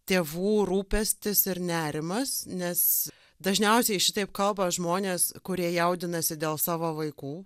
tėvų rūpestis ir nerimas nes dažniausiai šitaip kalba žmonės kurie jaudinasi dėl savo vaikų